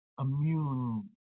immune